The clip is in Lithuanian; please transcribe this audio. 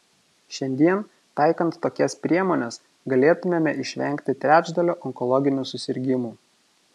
šiandien taikant tokias priemones galėtumėme išvengti trečdalio onkologinių susirgimų